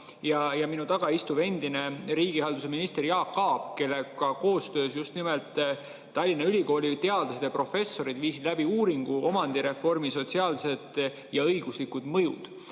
Ja minu taga istuva endise riigihalduse ministri Jaak Aabiga koostöös Tallinna Ülikooli teadlased ja professorid viisid läbi uuringu "Omandireformi sotsiaalsed ja õiguslikud mõjud".